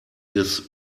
des